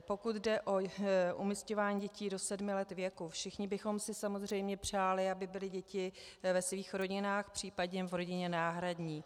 Pokud jde o umísťování dětí do sedmi let věku, všichni bychom si samozřejmě přáli, aby byly děti ve svých rodinách, případně v rodině náhradní.